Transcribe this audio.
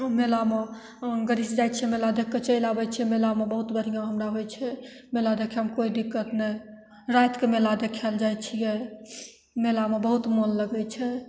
मेलामे गाड़ीसे जाइ छिए मेला देखिके चलि आबै मेलामे बहुत बढ़िआँ हमरा होइ छै मेला देखैमे कोइ दिक्क्त नहि रातिके मेला देखै ले जाए छिए मेलामे बहुत मोन लगै छै छिए